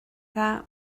that